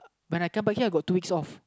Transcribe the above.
when I come back here I got two weeks off